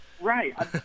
Right